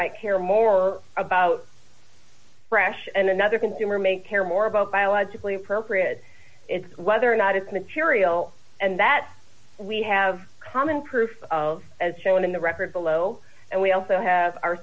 might care more about crash and another consumer may care more about biologically appropriate it's whether or not it's material and that we have common proof of as shown in the record below and we also have our